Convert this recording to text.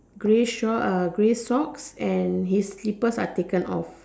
grey short uh grey socks and his slippers are taken off